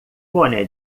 boné